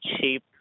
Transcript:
cheap